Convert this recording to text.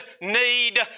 need